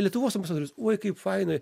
lietuvos ambasadorius oi kaip fainai